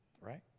Right